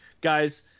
guys